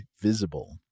Visible